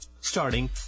Starting